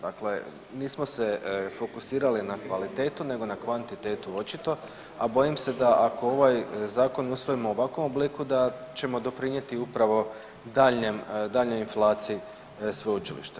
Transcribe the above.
Dakle, nismo se fokusirali na kvalitetu nego na kvantitetu očito, a bojim se da ako ovaj zakon usvojimo u ovakvom obliku, da ćemo doprinijeti upravo daljnjoj inflaciji sveučilišta.